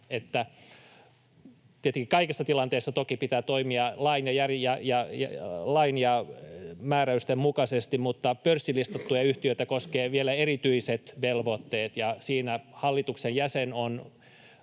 Tietenkin kaikissa tilanteissa toki pitää toimia lain ja määräysten mukaisesti, mutta pörssilistattua yhtiötä koskevat vielä erityiset velvoitteet, ja siinä hallituksen jäsen on,